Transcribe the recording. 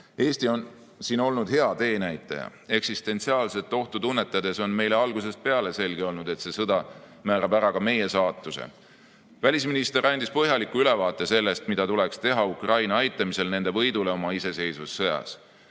Eesti on siin olnud hea teenäitaja. Eksistentsiaalset ohtu tunnetades on meile algusest peale selge olnud, et see sõda määrab ära ka meie saatuse. Välisminister andis põhjaliku ülevaate sellest, mida tuleks teha Ukraina aitamisel nende võidule oma iseseisvussõjas.